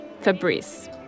Fabrice